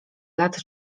lat